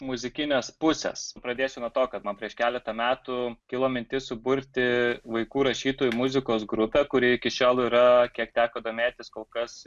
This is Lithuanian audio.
muzikinės pusės pradėsiu nuo to kad man prieš keletą metų kilo mintis suburti vaikų rašytojų muzikos grupę kuri iki šiol yra kiek teko domėtis kol kas